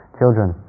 children